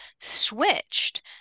switched